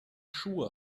schuhe